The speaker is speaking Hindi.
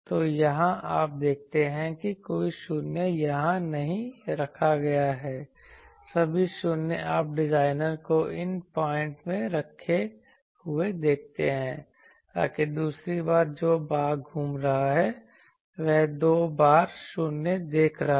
तो यहां आप देखते हैं कि कोई शून्य यहां नहीं रखा गया है सभी शून्य आप डिजाइनर को इन पॉइंट में रखे हुए देखते हैं ताकि दूसरी बार जो भाग घूम रहा है वह दो बार शून्य देख रहा है